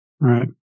Right